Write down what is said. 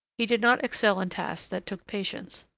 he did not excel in tasks that took patience.